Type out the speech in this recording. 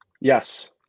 Yes